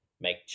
make